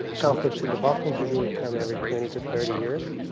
conflicts in the balkans usually come every twenty to thirty years.